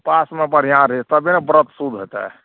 पासमे बढ़िआँ रहै तबे ने व्रत शुभ हेतै